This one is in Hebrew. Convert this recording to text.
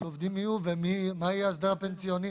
עובדים יהיו ומה יהיה ההסדר הפנסיוני,